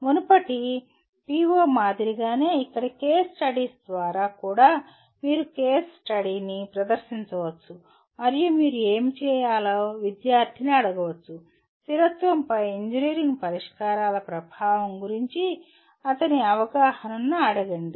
మునుపటి PO మాదిరిగానే ఇక్కడ కేస్ స్టడీస్ ద్వారా కూడా మీరు కేస్ స్టడీని ప్రదర్శించవచ్చు మరియు మీరు ఏమి చేయాలో విద్యార్థిని అడగవచ్చు స్థిరత్వంపై ఇంజనీరింగ్ పరిష్కారాల ప్రభావం గురించి అతని అవగాహనను అడగండి